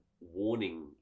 warning